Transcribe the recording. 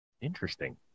Interesting